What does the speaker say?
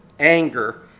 anger